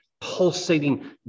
pulsating